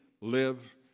live